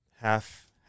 half